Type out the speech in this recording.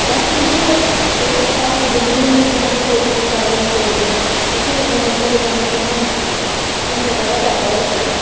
बस इ'यो ऐ कि हैल्थ जिन्ने बी हून जि'यां कोई प्रैगनेंट लेडी ऐ उसी उ'नें जम्मू पजाना किन्ना मुश्किल ऐ हून ते बड़ा जैदा होई गेआ न